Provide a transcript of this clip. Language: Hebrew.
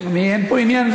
אין פה עניין,